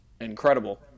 Incredible